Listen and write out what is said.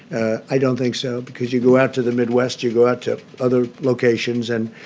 and i don't think so because you go out to the midwest, you go out to other locations and